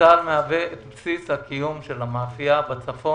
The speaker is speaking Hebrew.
צבא הגנה לישראל מהווה את בסיס הקיום של המאפייה בצפון